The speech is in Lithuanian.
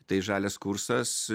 tai žalias kursas